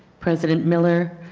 president miller,